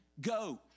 go